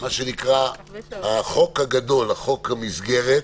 זה החוק הגדול, חוק המסגרת.